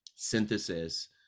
Synthesis